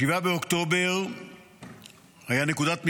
7 באוקטובר היה נקודת מפנה.